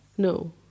No